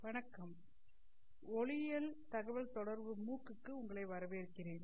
வணக்கம் ஒளியியல் தகவல் தொடர்பு மூக் க்கு உங்களைவரவேற்கிறேன்